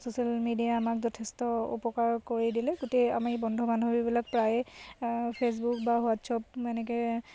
social মিডিয়াই আমাক যথেষ্ট উপকাৰ কৰি দিলে গোটেই আমি বন্ধু বান্ধৱীবিলাক প্ৰায়ে ফেচবুক বা হোৱাটছআপ এনেকৈ